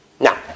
Now